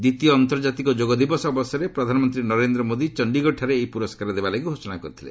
ଦ୍ୱିତୀୟ ଆନ୍ତର୍ଜାତିକ ଯୋଗଦିବସ ଅବସରରେ ପ୍ରଧାନମନ୍ତ୍ରୀ ନରେନ୍ଦ୍ର ମୋଦୀ ଚଣ୍ଡିଗଡ଼ଠାରେ ଏହି ପୁରସ୍କାର ଦେବାଲାଗି ଘୋଷଣା କରିଥିଲେ